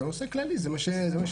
בנושא כללי, זה מה שידענו.